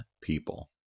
people